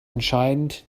entscheidend